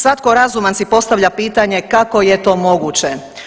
Svatko razuman si postavlja pitanje kako je to moguće?